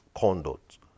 conduct